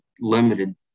limited